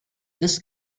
this